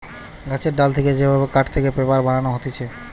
গাছের ডাল থেকে যে ভাবে কাঠ থেকে পেপার বানানো হতিছে